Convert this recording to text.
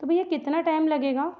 तो भैया कितना टाइम लगेगा